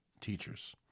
teachers